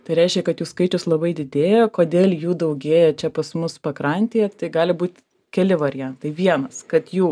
tai reiškia kad jų skaičius labai didėja kodėl jų daugėja čia pas mus pakrantėje tai gali būt keli variantai vienas kad jų